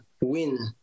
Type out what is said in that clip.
win